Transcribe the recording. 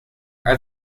are